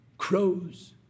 Crows